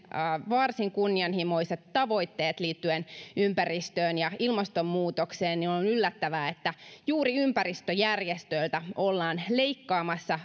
varsin kunnianhimoiset tavoitteet liittyen ympäristöön ja ilmastonmuutokseen on on yllättävää että juuri ympäristöjärjestöiltä ollaan leikkaamassa